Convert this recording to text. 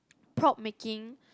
proud making